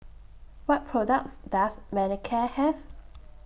What products Does Manicare Have